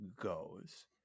goes